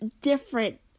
different